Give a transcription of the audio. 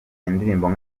indirimbo